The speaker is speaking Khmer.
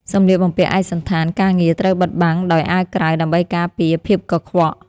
សម្លៀកបំពាក់ឯកសណ្ឋានការងារត្រូវបិទបាំងដោយអាវក្រៅដើម្បីការពារភាពកខ្វក់។